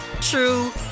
true